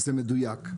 זה מדויק,